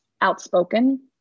outspoken